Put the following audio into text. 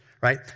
right